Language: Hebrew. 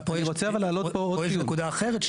פה יש נקודה אחרת.